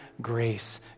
grace